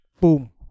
Boom